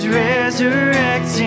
resurrecting